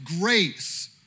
grace